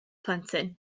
plentyn